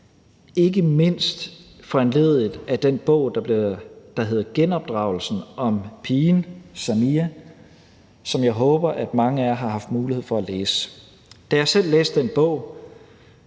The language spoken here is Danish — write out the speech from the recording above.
ikke mindst foranlediget af den bog, der hedder »Genopdragelsen«, om pigen Samia, som jeg håber at mange af jer har haft mulighed for at læse. Da jeg selv læste den bog,